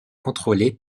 contrôlés